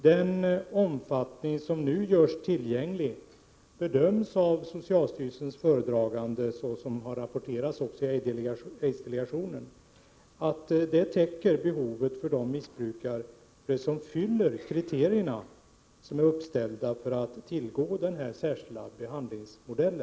Den omfattning som nu görs tillgänglig bedöms av socialstyrelsens föredragande, såsom också har rapporterats i aidsdelegationen, täcka behovet för de missbrukare som fyller de kriterier som uppställts för att tillgå denna särskilda behandlingsmodell.